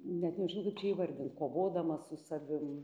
net nežinau kaip čia įvardint kovodamas su savim